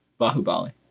Bahubali